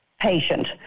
patient